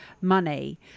money